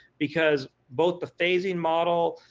because both the phasing model,